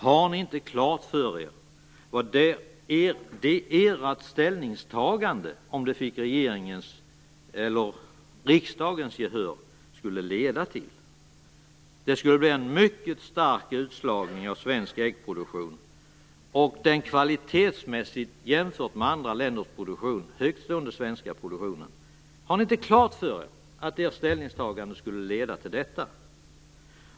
Har ni inte klart för er vad ert ställningstagande, om det fick riksdagens gehör, skulle leda till? Det skulle bli en mycket stark utslagning av den kvalitetsmässigt, jämfört med andra länders produktion, högtstående svenska äggproduktionen. Har ni inte klart för er att ert ställningstagande skulle leda till detta?